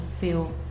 feel